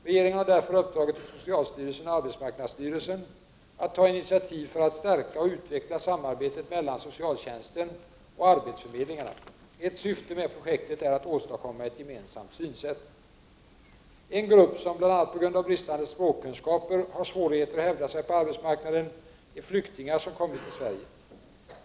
Regeringen har därför uppdragit åt socialstyrelsen och arbetsmarknadsstyrelsen att ta initiativ för att stärka och utveckla samarbetet mellan socialtjänsten och arbetsförmedlingarna. Ett syfte med projektet är att åstadkomma ett gemensamt synsätt. En grupp som, bl.a. på grund av bristande språkkunskaper, har svårigheter att hävda sig på arbetsmarknaden är flyktingar som kommit till Sverige.